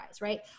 right